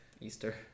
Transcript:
easter